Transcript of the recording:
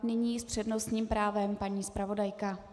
Nyní s přednostním právem paní zpravodajka.